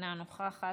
אינה נוכחת,